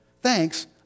Thanks